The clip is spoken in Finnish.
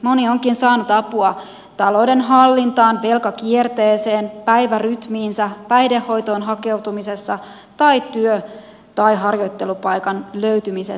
moni onkin saanut apua taloudenhallintaan velkakierteeseen päivärytmiinsä päihdehoitoon hakeutumisessa tai työ tai harjoittelupaikan löytymisessä